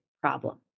problem